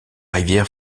rivière